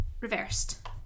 reversed